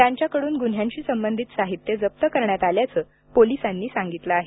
त्यांच्याकडून गुन्ह्यांशी संबंधित साहित्य जप्त करण्यात आल्याचं पोलिसांनी सांगितलं आहे